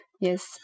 Yes